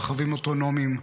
רכבים אוטונומיים,